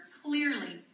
clearly